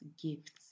gifts